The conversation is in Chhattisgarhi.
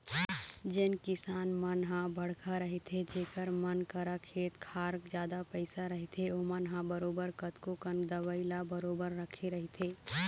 जेन किसान मन ह बड़का रहिथे जेखर मन करा खेत खार जादा रहिथे ओमन ह बरोबर कतको कन दवई ल बरोबर रखे रहिथे